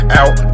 out